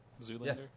Zoolander